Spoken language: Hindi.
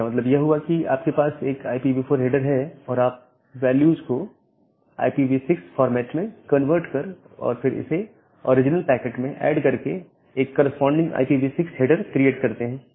इसका मतलब यह हुआ कि आपके पास एक IPv4 हेडर है और आप वैल्यूज को IPv6 फॉर्मेट में कन्वर्ट कर और फिर इसे ओरिजिनल पैकेट में ऐड करके एक कॉरस्पॉडिंग IPv6 हेडर क्रिएट करते हैं